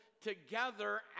together